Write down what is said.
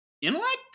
Intellect